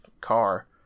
car